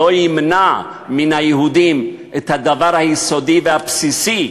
שלא ימנע מן היהודים את הדבר היסודי והבסיסי,